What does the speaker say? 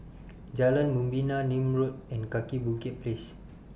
Jalan Membina Nim Road and Kaki Bukit Place